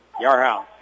Yarhouse